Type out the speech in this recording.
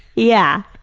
yeah,